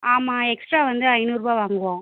ஆமாம் எக்ஸ்ட்டா வந்து ஐநூறுரூபா வாங்குவோம்